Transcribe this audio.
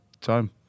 time